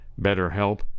BetterHelp